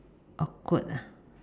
awkward ah